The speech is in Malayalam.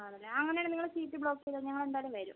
ആണല്ലേ ആ അങ്ങനാണേൽ നിങ്ങള് സീറ്റ് ബ്ലോക്ക് ചെയ്തോ ഞങ്ങളെന്തായാലും വരും